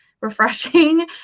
refreshing